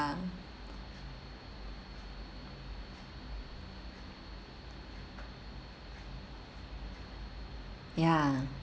ya